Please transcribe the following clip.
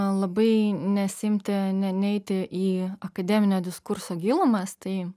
labai nesiimti ne neiti į akademinio diskurso gilumas tai